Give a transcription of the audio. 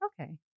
Okay